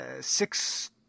six